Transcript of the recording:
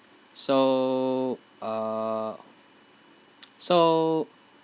so uh so